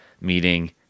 meeting